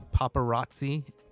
Paparazzi